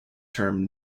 term